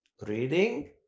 Reading